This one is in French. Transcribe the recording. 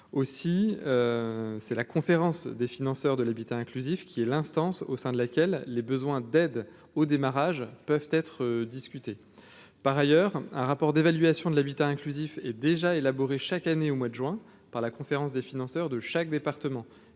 aussi c'est la conférence des financeurs de l'habitat inclusif qui est l'instance au sein de laquelle les besoins d'aide au démarrage peuvent être discutées par ailleurs, un rapport d'évaluation de l'habitat inclusif et déjà élaboré chaque année au mois de juin par la conférence des financeurs de chaque département